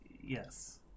Yes